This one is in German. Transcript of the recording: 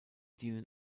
dienen